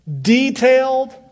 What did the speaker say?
detailed